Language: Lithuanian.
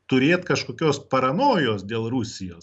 turėt kažkokios paranojos dėl rusijos